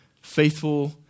faithful